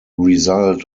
result